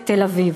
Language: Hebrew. בתל-אביב.